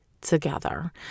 together